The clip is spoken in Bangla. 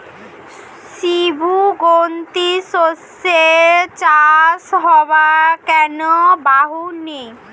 সিম্বু গোত্রীয় শস্যের চাষ হওয়া কেন বাঞ্ছনীয়?